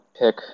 pick